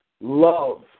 Love